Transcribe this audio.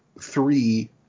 three